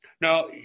Now